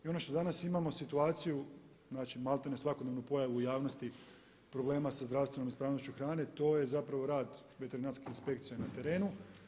I ono što danas imamo situaciju znači malte ne svakodnevnu pojavu u javnosti problema sa zdravstvenom ispravnošću hrane, to je zapravo rad veterinarskih inspekcija na terenu.